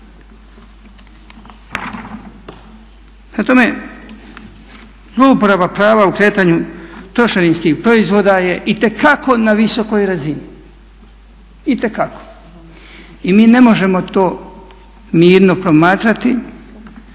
tome, zloupotreba prava u kretanju trošarinskih proizvoda je itekako na visokoj razini, itekako. I mi ne možemo to mirno promatrati